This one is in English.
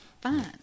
Fine